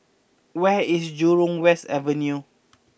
where is Jurong West Avenue